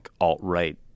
alt-right